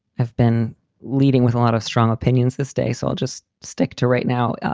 i've been leading with a lot of strong opinions this day, so i'll just stick to right now.